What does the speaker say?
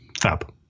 Fab